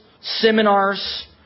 seminars